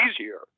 easier